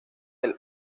del